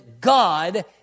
God